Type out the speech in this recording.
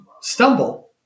stumble